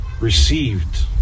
received